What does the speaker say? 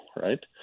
right